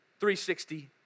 360